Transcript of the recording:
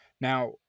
now –